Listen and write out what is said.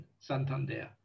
Santander